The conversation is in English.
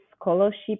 scholarship